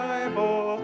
Bible